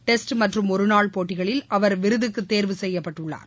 test மற்றும் ஒருநாள் போட்டிகளில் அவர் விருதுக்கு தேர்வு செய்யப்பட்டுள்ளார்